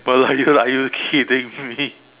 Merlion are you kidding me